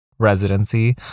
residency